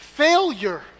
failure